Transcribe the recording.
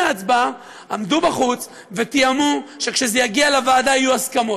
ההצבעה עמדו בחוץ ותיאמו שכשזה יגיע לוועדה יהיו הסכמות: